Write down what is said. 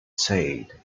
said